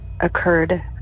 occurred